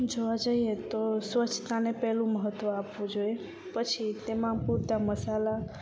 જોવા જઈએ તો સ્વચ્છતાને પેલું મહત્ત્વ આપવું જોઈએ પછી તેમાં પૂરતા મસાલા